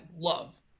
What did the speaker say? love